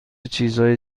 چیزهای